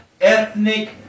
ethnic